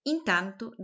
Intanto